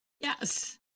Yes